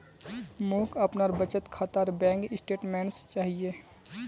मोक अपनार बचत खातार बैंक स्टेटमेंट्स चाहिए